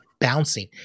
bouncing